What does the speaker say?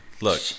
Look